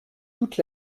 toute